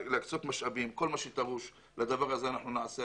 כל מה שדרוש לזה אנחנו נעשה.